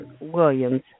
Williams